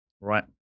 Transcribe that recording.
Right